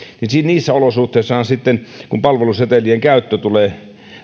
niin niissä olosuhteissahan sitten kun palvelusetelien käyttö tulee